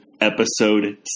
Episode